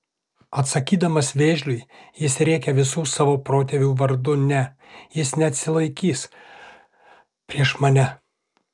atsakydamas vėžliui jis rėkia visų savo protėvių vardu ne jis neatsilaikys prieš mane